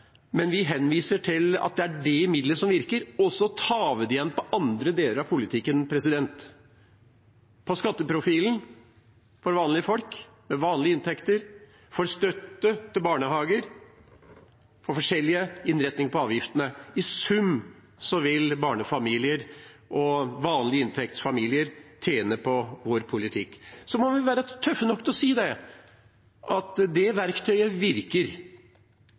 men vi henviser til at det er det middelet som virker, og så tar vi det igjen på andre deler av politikken: på skatteprofilen for vanlige folk med vanlige inntekter, på støtten til barnehager og forskjellige innretninger på avgiftene. I sum vil barnefamilier og familier med vanlig inntekt tjene på vår politikk. Vi må være tøffe nok til å si at det verktøyet virker,